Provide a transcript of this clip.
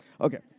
Okay